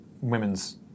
women's